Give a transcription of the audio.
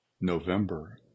November